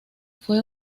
fue